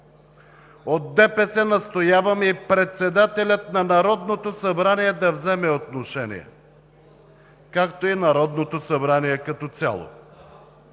настояваме и председателят на Народното събрание да вземе отношение, както и Народното събрание като цяло.